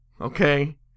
Okay